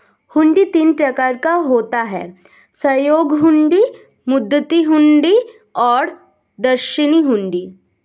हुंडी तीन प्रकार का होता है सहयोग हुंडी, मुद्दती हुंडी और दर्शनी हुंडी